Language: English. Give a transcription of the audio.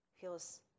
feels